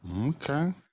Okay